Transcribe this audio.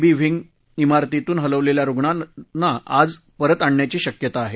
बी wing इमारतीतून इलवलेल्या रुग्णांना आज परत आणण्याची शक्यता आहे